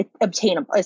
obtainable